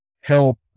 help